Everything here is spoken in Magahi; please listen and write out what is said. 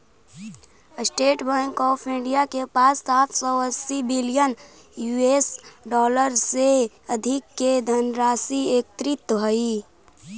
स्टेट बैंक ऑफ इंडिया के पास सात सौ अस्सी बिलियन यूएस डॉलर से अधिक के धनराशि एकत्रित हइ